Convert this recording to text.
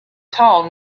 tall